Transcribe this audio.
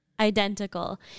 identical